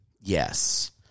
Yes